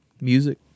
Music